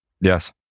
yes